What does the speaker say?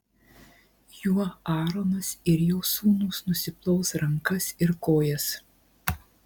juo aaronas ir jo sūnūs nusiplaus rankas ir kojas